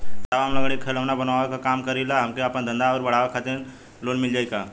साहब हम लंगड़ी क खिलौना बनावे क काम करी ला हमके आपन धंधा अउर बढ़ावे के खातिर लोन मिल जाई का?